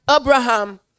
Abraham